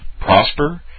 prosper